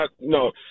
no